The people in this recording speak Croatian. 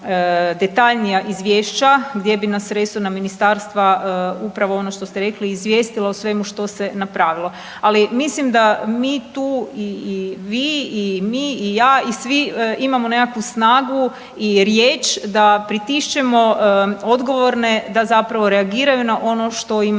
detaljnija izvješća gdje bi nas resorna ministarstva upravo ono što ste rekli izvijestilo o svemu što se napravilo. Ali mislim da mi tu i vi, i mi, i ja i svi imamo nekakvu snagu i riječ da pritišćemo odgovorne da zapravo reagiraju na ono što im